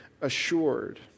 assured